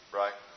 right